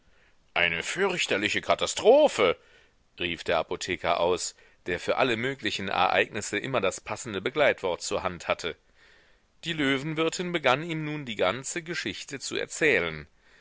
eine fürchterliche katastrophe rief der apotheker aus der für alle möglichen ereignisse immer das passende begleitwort zur hand hatte die löwenwirtin begann ihm nun die ganze geschichte zu erzählen